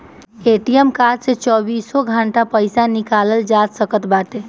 ATM card से चौबीसों घंटा पईसा निकालल जा सकत बाटे